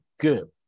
Good